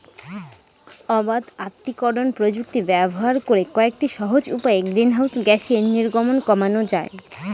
অবাত আত্তীকরন প্রযুক্তি ব্যবহার করে কয়েকটি সহজ উপায়ে গ্রিনহাউস গ্যাসের নির্গমন কমানো যায়